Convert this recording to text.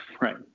Right